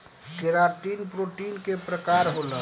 keratin protein के प्रकार होला